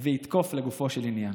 ויתקוף לגופו של עניין.